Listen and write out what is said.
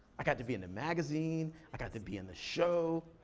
i got to be in the magazine, i got to be in the show,